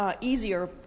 Easier